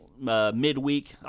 midweek